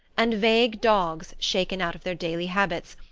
and vague dogs, shaken out of their daily habits,